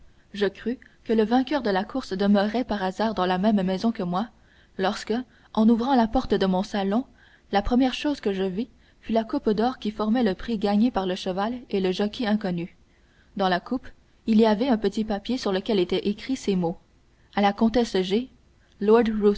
je crus que le vainqueur de la course demeurait par hasard dans la même maison que moi lorsque en ouvrant la porte de mon salon la première chose que je vis fut la coupe d'or qui formait le prix gagné par le cheval et le jockey inconnus dans la coupe il y avait un petit papier sur lequel étaient écrits ces mots à la comtesse g